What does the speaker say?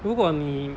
如果你